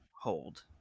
hold